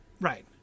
Right